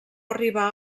arribà